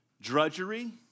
drudgery